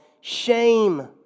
shame